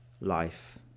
life